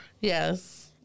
yes